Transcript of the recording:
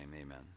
amen